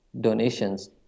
donations